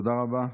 תודה רבה.